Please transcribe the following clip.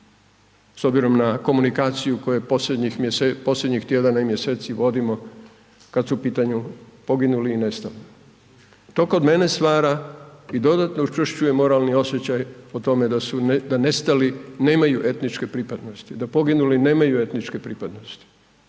s obzirom na komunikaciju, koje posljednjih tjedana i mjeseci vodimo, kad su u pitanju poginuli i nestali. To kod mene stvara i dodatno učvršćuje moralni osjećaj o tome, da nestali nemaju etničke pripadnosti, da poginuli nemaju etničke pripadnosti